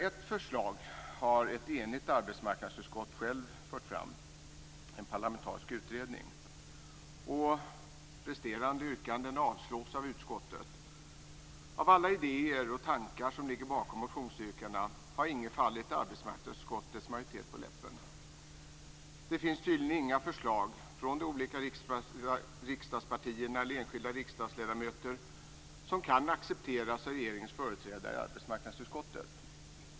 Ett förslag har ett enigt arbetsmarknadsutskott fört fram, nämligen ett förslag om en parlamentarisk utredning. Resterande yrkanden avslås av utskottet. Av alla idéer och tankar som ligger bakom motionerna har ingen fallit arbetsmarknadsutskottets majoritet på läppen. Det finns tydligen inga förslag från de olika riksdagspartierna eller enskilda ledamöter som kan accepteras av regeringens företrädare i arbetsmarknadsutskottet.